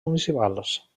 municipals